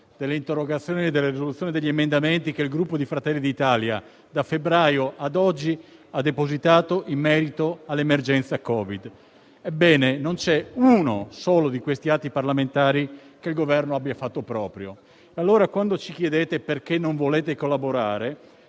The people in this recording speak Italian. delle interrogazioni, delle risoluzioni e degli emendamenti che il Gruppo Fratelli d'Italia, da febbraio ad oggi, ha depositato in merito all'emergenza Covid. Ebbene, non c'è uno solo di questi atti parlamentari che il Governo abbia fatto proprio. Allora quando ci chiedete perché non vogliamo collaborare,